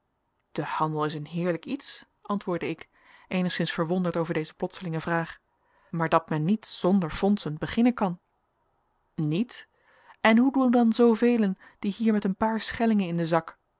de handel is een heerlijk iets antwoordde ik eenigszins verwonderd over deze plotslinge vraag maar dat men niet zonder fondsen beginnen kan niet en hoe doen dan zoovelen die hier met een paar schellingen in den zak